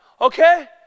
okay